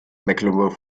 mecklenburg